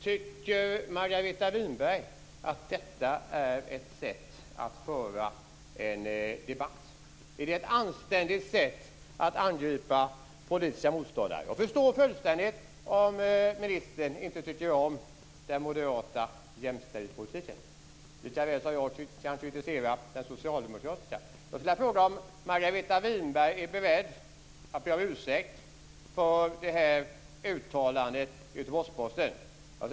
Tycker Margareta Winberg att detta är ett bra sätt att föra en debatt på? Är det ett anständigt sätt att angripa politiska motståndare på? Jag förstår fullständigt om ministern inte tycker om den moderata jämställdhetspolitiken, likaväl som jag kan kritisera den socialdemokratiska jämställdhetspolitiken. Jag vill fråga om Margareta Winberg är beredd att be om ursäkt för detta uttalande i Göteborgs-Posten.